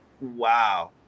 Wow